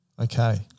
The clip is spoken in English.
Okay